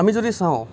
আমি যদি চাওঁ